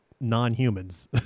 non-humans